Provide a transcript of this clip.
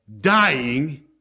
Dying